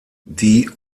die